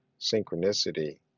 synchronicity